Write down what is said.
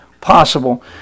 possible